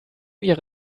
ihre